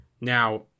Now